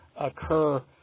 occur